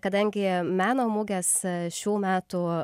kadangi meno mugės šių metų